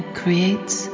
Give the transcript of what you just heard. creates